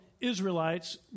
Israelites